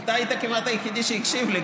אתה היית כמעט היחידי שהקשיב לי,